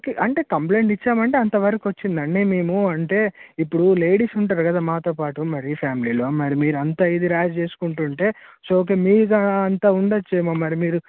okay అంటే complaint ఇచ్చామంటే అంతవరకు వచ్చిందండి మేమూ అంటే ఇప్పుడు లేడీస్ ఉంటారు కదా మాతోపాటు మరి ఫ్యామిలీలో మరి మీరు అంత ఇది ర్యాష్ చేసుకుంటుంటే ఇట్స్ ఓకే మీది అంత ఉండచ్చేమో మరి మీరు